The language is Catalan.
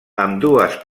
ambdues